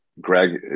Greg